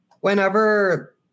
whenever